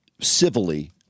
civilly